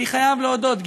אני חייב להודות,